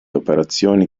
operazioni